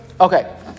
Okay